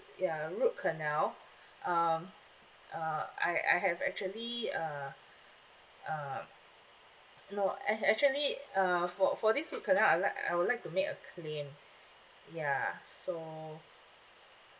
ya root canal um uh I I have actually uh uh no I actually uh for for this root canal I'd like I would like to make a claim ya so